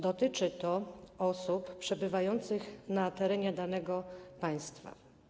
Dotyczy to osób przebywających na terenie danego państwa.